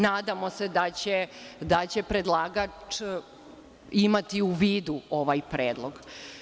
Nadamo se da će predlagač imati u vidu ovaj predlog.